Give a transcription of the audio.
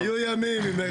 היו ימים עם מירב.